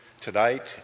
tonight